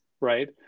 right